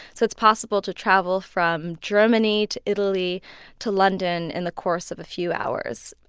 so it's possible to travel from germany to italy to london in the course of a few hours,